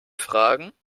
fragen